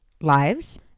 lives